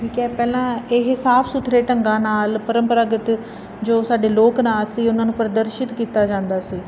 ਠੀਕ ਹੈ ਪਹਿਲਾਂ ਇਹ ਸਾਫ ਸੁਥਰੇ ਢੰਗਾਂ ਨਾਲ ਪਰੰਪਰਾਗਤ ਜੋ ਸਾਡੇ ਲੋਕ ਨਾਚ ਸੀ ਉਹਨਾਂ ਨੂੰ ਪ੍ਰਦਰਸ਼ਿਤ ਕੀਤਾ ਜਾਂਦਾ ਸੀ